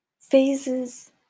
phases